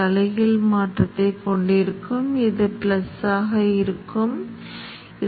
எனவே சுவிட்ச் மின்னோட்டம் இது போன்றது இந்த நீல பகுதி நீக்கப்பட்டது